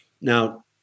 Now